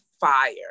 fire